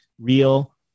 real